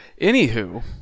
Anywho